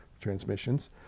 transmissions